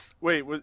Wait